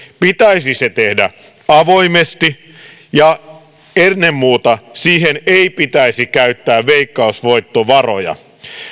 pitäisi se tehdä avoimesti ja ennen muuta siihen ei pitäisi käyttää veikkausvoittovaroja